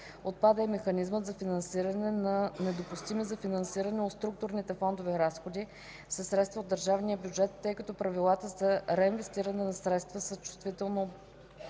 отпада и механизмът за финансиране на недопустими за финансиране от Структурните фондове разходи със средства от държавния бюджет, тъй като правилата за реинвестиране на средства са чувствително